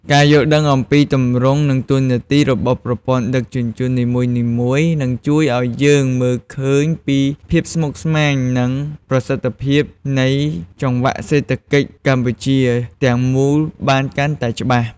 ការយល់ដឹងអំពីទម្រង់និងតួនាទីរបស់ប្រព័ន្ធដឹកជញ្ជូននីមួយៗនឹងជួយឱ្យយើងមើលឃើញពីភាពស្មុគស្មាញនិងប្រសិទ្ធភាពនៃចង្វាក់សេដ្ឋកិច្ចកម្ពុជាទាំងមូលបានកាន់តែច្បាស់។